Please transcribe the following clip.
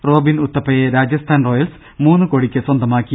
Robin ഉത്തപ്പയെ Rajasthan Royals മൂന്ന് കോടിക്ക് സ്വന്തമാക്കി